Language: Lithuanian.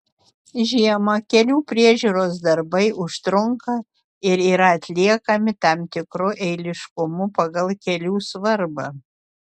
žiemą kelių priežiūros darbai užtrunka ir yra atliekami tam tikru eiliškumu pagal kelių svarbą